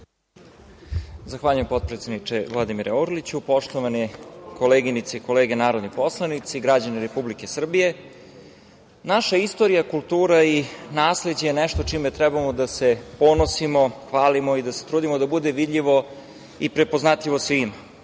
Zahvaljujem, potpredsedniče, Vladimire Orliću. Poštovane koleginice i kolege narodni poslanici, građani Republike Srbije, naša istorija, kultura i nasleđe je nešto čime trebamo da se ponosimo, hvalimo i da se trudimo da bude vidljivo i prepoznatljivo svima.